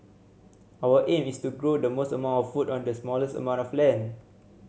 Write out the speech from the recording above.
our aim is to grow the most amount of food on the smallest amount of land